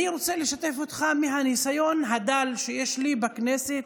אני רוצה לשתף אותך בניסיון הדל שיש לי בכנסת,